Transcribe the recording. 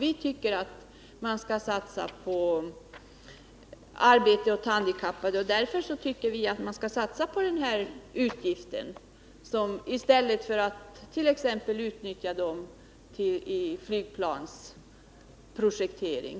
Vi tycker man kan satsa på arbete åt handikappade i stället, och därför tycker vi att man skall satsa på denna utgift i stället för att t.ex. utnyttja pengarna till flygplansprojektering.